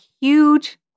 huge